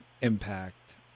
impact